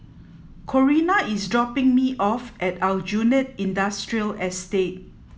Corina is dropping me off at Aljunied Industrial Estate